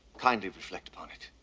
kindly reflect upon it.